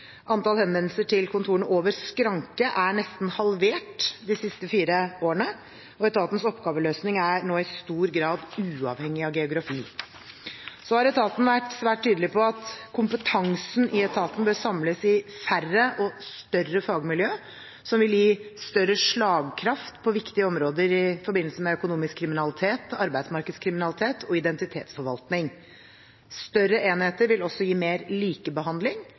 Antall henvendelser til kontorene over skranke er nesten halvert de siste fire årene, og etatens oppgaveløsning er nå i stor grad uavhengig av geografi. Så har etaten vært svært tydelig på at kompetansen i etaten bør samles i færre og større fagmiljøer, som vil gi større slagkraft på viktige områder i forbindelse med økonomisk kriminalitet, arbeidsmarkedskriminalitet og identitetsforvaltning. Større enheter vil også gi mer likebehandling